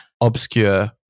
obscure